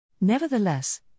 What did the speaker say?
Nevertheless